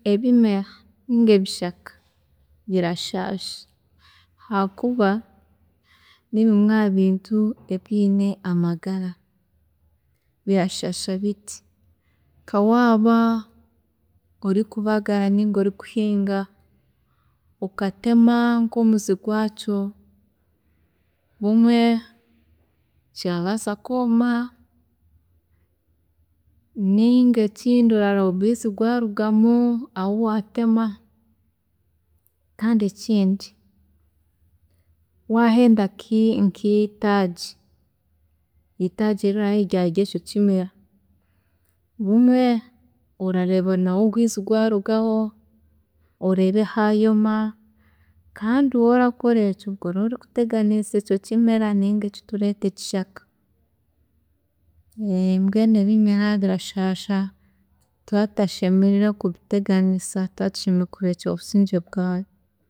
﻿Ebimera ninga ebishaka birashaasha hakuba nibimwe habintu ebiine amagara. Birashaasha biti, nka waaba ori kubagara ninga ori kuhinga okatema nkomuzi gwaakyo bumwe kirabaasa kwooma ninga ekindi orareeba orwiizi rwarugamu, kandi ekindi wahenda nkii nkiitaagi itaagi, itaagi eriraba riri ahari ekyo kimera, bumwe orareeba naho orwiizi rwarugaho, oreebe hayoma, kandi waaba ori kukora ekyo obwe oraba ori kuteganiisa ekyo kimera ninga eki tureeta ekishaka, mbwenu ebimera birashaasha turaba tutiine kubiteganisa, turaba tushemeriire kubirekyera obusingye bwaa.